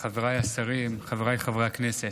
חבריי השרים, חבריי חברי הכנסת,